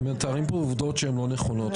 הם מתארים פה עובדות שהן לא נכונות,